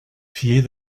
pied